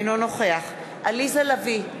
אינו נוכח עליזה לביא,